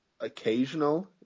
occasional